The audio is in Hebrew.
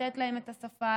לתת להם את השפה,